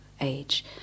age